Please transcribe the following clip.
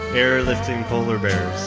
airlifting polar bears.